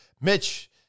Mitch